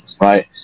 right